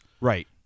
Right